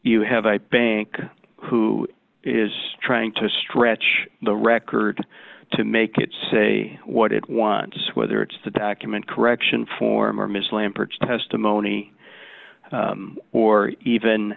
you have a bank who is trying to stretch the record to make it say what it wants whether it's the document correction former miss lambert's testimony or even